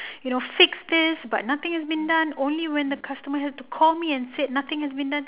you know fix this but nothing has been done only when the customer have to call me and said nothing has been done